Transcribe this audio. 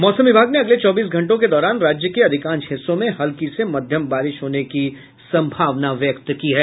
मौसम विभाग ने अगले चौबीस घंटों के दौरान राज्य के अधिकांश हिस्सों में हल्की से मध्यम बारिश होने की संभावना व्यक्त की है